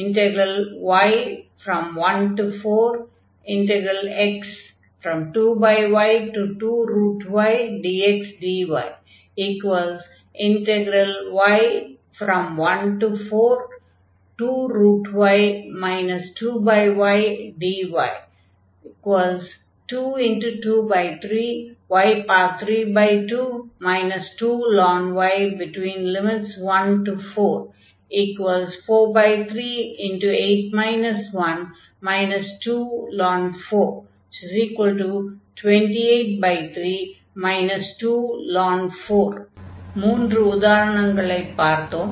y14x2y2ydxdyy142y 2ydy 2×23 y32 2ln y 14438 1 2ln 4 4×73 2ln 4 283 2ln 4 மூன்று உதரணங்களைப் பார்த்தோம்